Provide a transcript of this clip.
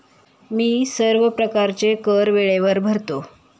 मी सर्व प्रकारचे कर वेळेवर भरतो